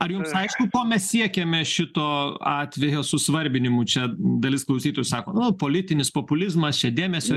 ar jums aišku ko mes siekiame šito atvejo susvarbinimu čia dalis klausytojų sako nu politinis populizmas čia dėmesio